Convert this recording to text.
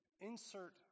insert